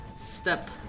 step